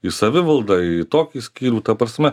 į savivaldą į tokį skyrių ta prasme